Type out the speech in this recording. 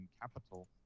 capital